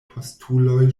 postuloj